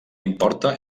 importa